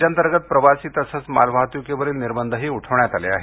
राज्यांतर्गत प्रवासी तसंच माल वाहतुकीवरील निर्बंधही उठवण्यात आले आहेत